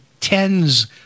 tens